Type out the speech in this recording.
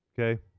Okay